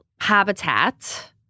habitat